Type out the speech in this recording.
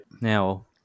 now